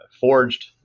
forged